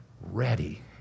ready